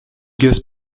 gaz